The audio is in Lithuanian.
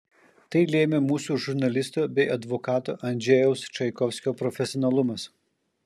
tai lėmė mūsų žurnalistų bei advokato andžejaus čaikovskio profesionalumas